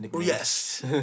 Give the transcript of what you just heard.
Yes